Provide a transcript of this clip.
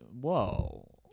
Whoa